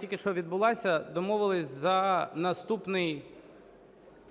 тільки що відбулася, домовились за наступний